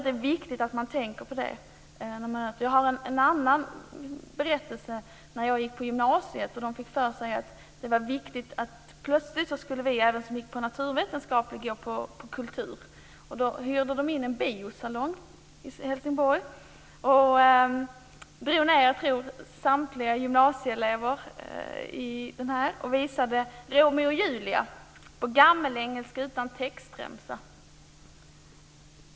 Det är viktigt att man tänker på det. Jag har en annan berättelse från när jag gick på gymnasiet. Plötsligt skulle även vi som gick på den naturvetenskapliga linjen ta del av kulturen. Då hyrde man en biosalong i Helsingborg och visade för alla gymnasieelever Romeo och Julia på gammaldags engelska utan textremsa.